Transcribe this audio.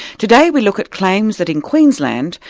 today we look at claims that in queensland,